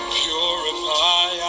purify